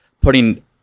putting